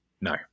No